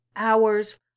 hours